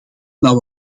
nou